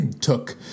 took